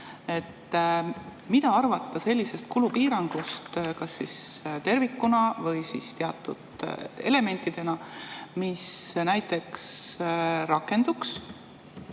Mida arvata sellisest kulupiirangust kas tervikuna või teatud elementidena, mis näiteks rakenduks